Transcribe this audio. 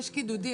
יש קידודים,